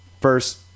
first